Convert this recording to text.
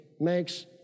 makes